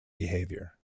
behavior